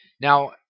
Now